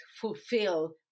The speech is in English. fulfill